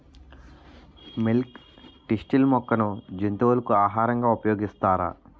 Milk thistle మొక్కను జంతువులకు ఆహారంగా ఉపయోగిస్తారా?